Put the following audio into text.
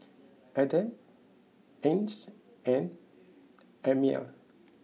Adam Ain and Ammir